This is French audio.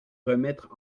remettre